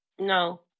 No